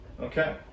Okay